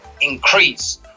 increase